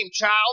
child